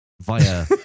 via